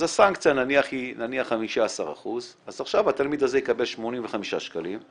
אז הסנקציה היא נניח 15% אז עכשיו התלמיד הזה יקבל 85 שקלים,